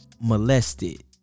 molested